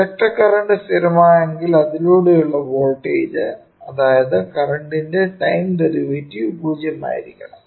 inductor current സ്ഥിരമാണെങ്കിൽ അതിലൂടെയുള്ള voltage അതായത് കറന്റിന്റെ ടൈം ഡെറിവേറ്റീവും 0 ആയിരിക്കും